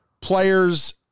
players